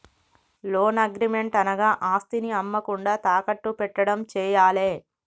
loan agreement అనగా ఆస్తిని అమ్మకుండా తాకట్టు పెట్టడం చేయాలే